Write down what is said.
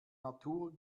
natur